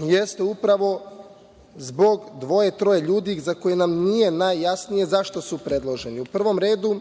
jeste upravo zbog dvoje, troje ljudi za koje nam nije najjasnije zašto su predloženi. U prvom redu,